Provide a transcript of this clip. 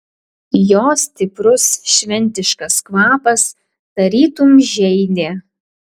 jo stiprus šventiškas kvapas tarytum žeidė